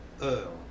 heure